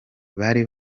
bari